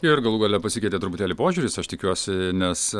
ir galų gale pasikeitė truputėlį požiūris aš tikiuosi nes